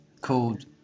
called